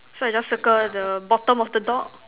so I just circle the bottom of the dog